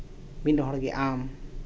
ᱢᱤᱫ ᱦᱚᱲᱜᱮ ᱟᱢ